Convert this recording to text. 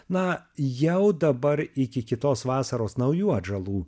na jau dabar iki kitos vasaros naujų atžalų